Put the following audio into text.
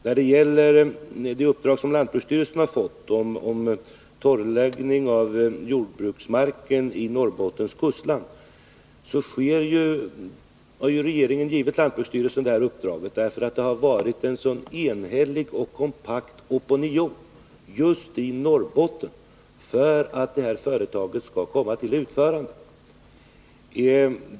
När det gäller det uppdrag som lantbruksstyrelsen har fått i fråga om torrläggning av jordbruksmarken i Norrbottens kustland, vill jag säga att regeringen har givit lantbruksstyrelsen detta uppdrag därför att det har varit en så enhällig och kompakt opinion just i Norrbotten för att det här förslaget skall komma till utförande.